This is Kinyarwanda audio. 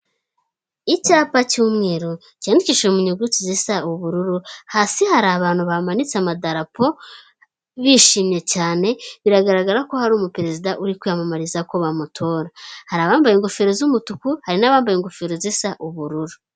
Icyapa cy'umweru cyanyandikishijwe mu nyuguti zisa ubururu, hasi hari abantu bamanitse amadarapo bishimye cyane biragaragara ko hari umuperezida uri kwiyamamariza ko bamutora, hari abambaye ingofero z'umutuku, hari n'abambaye ingofero zisa ubururu.